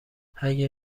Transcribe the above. اگه